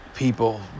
People